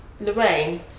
Lorraine